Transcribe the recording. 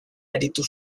aritu